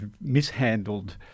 mishandled